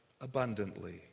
abundantly